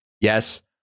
Yes